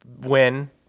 win